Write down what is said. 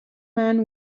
man